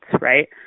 right